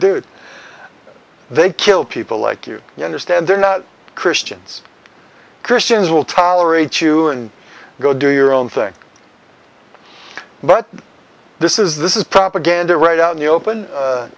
dude they kill people like you you understand they're not christians christians will tolerate you and go do your own thing but this is this is propaganda right out in the open